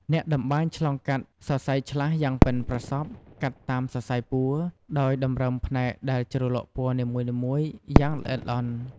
អ្នកតម្បាញឆ្លងកាត់សរសៃឆ្លាស់យ៉ាងប៉ិនប្រសប់កាត់តាមសរសៃពួរ ដោយតម្រឹមផ្នែកដែលជ្រលក់ពណ៌នីមួយៗយ៉ាងល្អិតល្អន់។